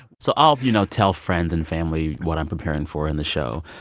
so i'll, you know, tell friends and family what i'm preparing for in the show.